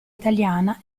italiana